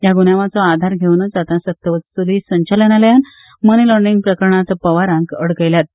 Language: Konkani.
ह्या गुन्यावांचो आधार घेवनूच आता सक्तवसूली संचालनालयान मनी लाँड्रींग प्रकरणात पवारांक आडकयल्यात